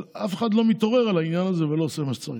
אבל אף אחד לא מתעורר על העניין הזה ולא עושה מה שצריך.